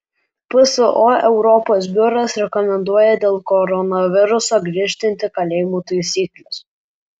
pso europos biuras rekomenduoja dėl koronaviruso griežtinti kalėjimų taisykles